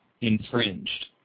infringed